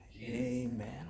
amen